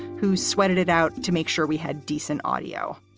who sweated it out to make sure we had decent audio